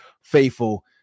faithful